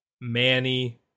manny